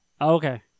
Okay